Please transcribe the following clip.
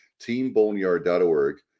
TeamBoneyard.org